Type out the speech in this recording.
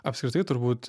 apskritai turbūt